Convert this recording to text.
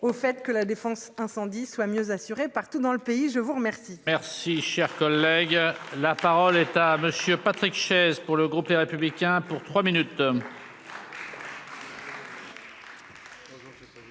au fait que la défense incendie soit mieux assurée partout dans le pays. Je vous remercie. Merci, cher collègue, la parole est à monsieur Patrick Chaize pour le groupe Les Républicains pour 3 minutes.